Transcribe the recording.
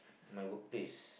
my workplace